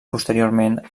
posteriorment